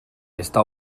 esta